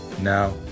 now